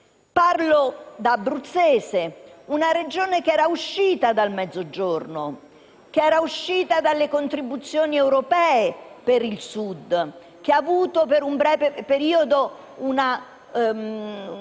l'Abruzzo è una Regione che era uscita dal Mezzogiorno, che era uscita dalle contribuzioni europee per il Sud, che ha avuto per un breve periodo una